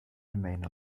remain